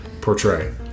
portray